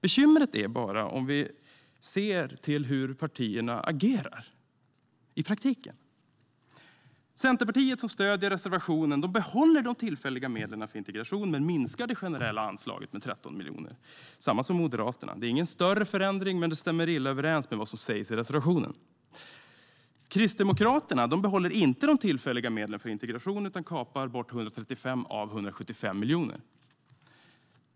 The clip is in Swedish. Bekymret är bara hur partierna agerar i praktiken. Centerpartiet, som stöder reservationen, behåller de tillfälliga medlen för integration men minskar det generella anslaget med 13 miljoner - samma som Moderaterna. Det är ingen större förändring, men det stämmer illa överens med vad som sägs i reservationerna. Kristdemokraterna behåller inte de tillfälliga medlen för integration utan kapar bort 135 av 175 miljoner.